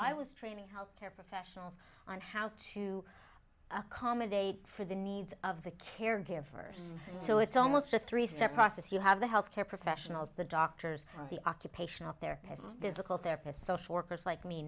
i was training health care professionals on how to accommodate for the needs of the caregivers so it's almost a three step process you have the health care professionals the doctors the occupational therapists physical therapists social workers like me